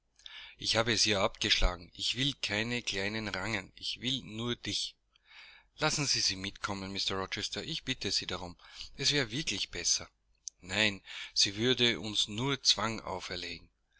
ich habe es ihr abgeschlagen ich will keine kleinen rangen ich will nur dich lassen sie sie mitkommen mr rochester ich bitte sie darum es wäre wirklich besser nein sie würde uns nur zwang auferlegen